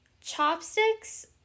Chopsticks